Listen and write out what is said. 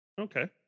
Okay